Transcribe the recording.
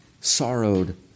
sorrowed